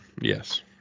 yes